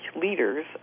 leaders